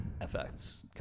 effects